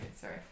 Sorry